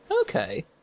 Okay